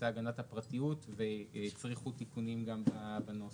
הגנת הפרטיות והצריכו תיקונים גם בנוסח.